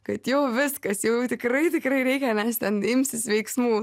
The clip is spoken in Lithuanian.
kad jau viskas jau tikrai tikrai reikia nes ten imsis veiksmų